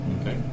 Okay